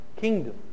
kingdom